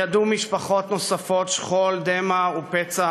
ידעו משפחות נוספות שכול, דמע ופצע